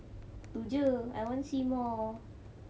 tu jer I want see more